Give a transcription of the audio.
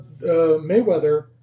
Mayweather